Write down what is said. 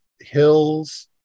hills